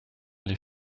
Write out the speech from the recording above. les